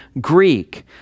Greek